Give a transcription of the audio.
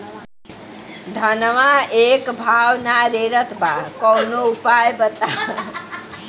धनवा एक भाव ना रेड़त बा कवनो उपाय बतावा?